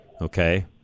Okay